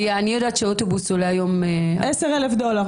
אני יודעת שאוטובוס עולה היום --- 10,000 דולר.